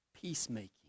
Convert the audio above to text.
peacemaking